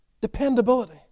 dependability